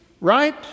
Right